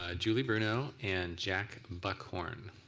ah julie bruno and jack buckhorn.